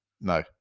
no